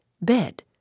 Bed